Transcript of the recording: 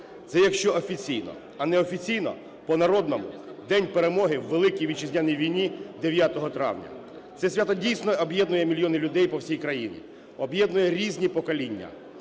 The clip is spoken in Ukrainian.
це якщо офіційно. А неофіційно, по-народному – День Перемоги в Великій Вітчизняній війні 9 травня. Це свято, дійсно, об'єднує мільйони людей по всій країні, об'єднує різні покоління,